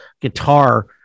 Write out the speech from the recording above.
guitar